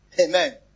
Amen